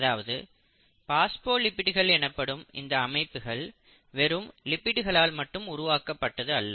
அதாவது பாஸ்போலிப்பிடுகள் எனப்படும் இந்த அமைப்புகள் வெறும் லிப்பிடுகளால் மட்டும் உருவாக்கப்பட்டது அல்ல